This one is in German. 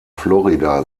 florida